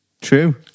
true